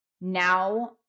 now